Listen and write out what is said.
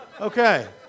Okay